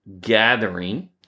gathering